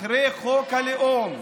"אחרי חוק הלאום"?